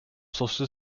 social